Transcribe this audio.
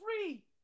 free